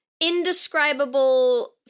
indescribable